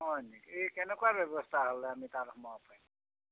হয় নেকি এই কেনকুৱা ব্যৱস্থা হ'লে আমি তাত সোমাব পাৰিম